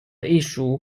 issue